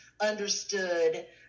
understood